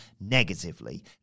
negatively